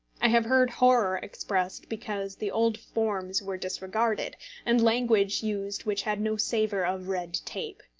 i have heard horror expressed because the old forms were disregarded and language used which had no savour of red-tape.